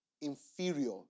inferior